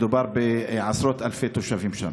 מדובר בעשרות אלפי תושבים שם.